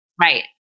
Right